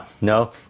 No